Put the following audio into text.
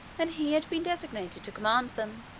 and he had been designated to command them.